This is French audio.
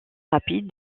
rapide